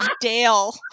Dale